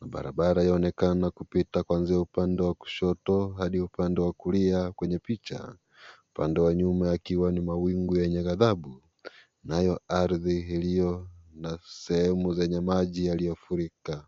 mabarabara yaonekana kupita kuanzia upande wa kushoto, hadi upande wa kulia kwenye picha, upande wa nyuma yakiwa ni mawingu yenye gathabu, nayo ardhi iliyo na sehemu zilizo na maji yaliyofurika.